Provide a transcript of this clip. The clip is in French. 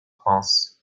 france